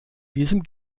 diesem